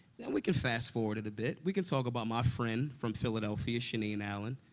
and we can fast-forward it a bit. we can talk about my friend from philadelphia shaneen allen,